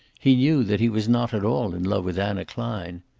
he knew that he was not at all in love with anna klein.